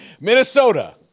Minnesota